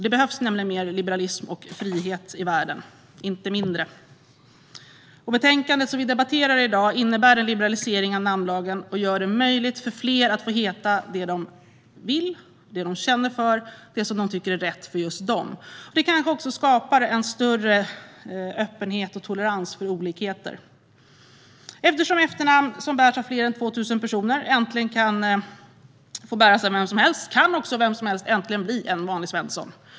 Det behövs nämligen mer liberalism och frihet i världen, inte mindre. Det betänkande som vi debatterar i dag innebär en liberalisering av namnlagen och gör det möjligt för fler att få heta det som de vill och känner för och det som de tycker är rätt för just dem. Det kanske också skapar en större öppenhet och tolerans för olikheter. Eftersom efternamn som bärs av fler än 2 000 personer äntligen kan få bäras av vem som helst kan också vem som helst äntligen bli en vanlig Svensson.